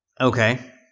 Okay